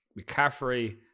McCaffrey